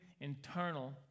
internal